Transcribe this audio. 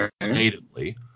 natively